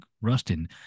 Rustin